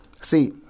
See